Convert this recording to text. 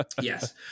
Yes